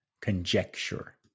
conjecture